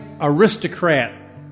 aristocrat